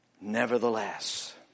Nevertheless